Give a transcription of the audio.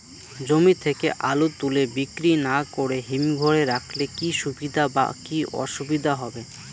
জমি থেকে আলু তুলে বিক্রি না করে হিমঘরে রাখলে কী সুবিধা বা কী অসুবিধা হবে?